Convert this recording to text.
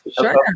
sure